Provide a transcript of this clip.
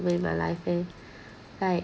wait my life eh like